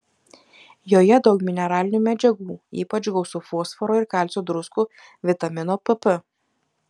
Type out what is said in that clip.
joje daug mineralinių medžiagų ypač gausu fosforo ir kalcio druskų vitamino pp